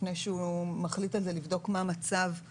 לפני שהוא מחליט על זה - מה היכולת של התלמידים,